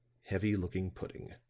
heavy-looking pudding.